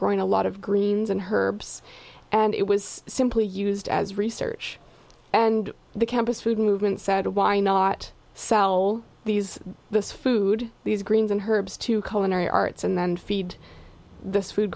growing a lot of greens and herbes and it was simply used as research and the campus food movement said why not sell these this food these greens and herbes to colin arts and then feed this food